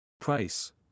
Price